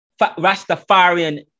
Rastafarian